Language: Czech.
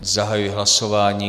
Zahajuji hlasování.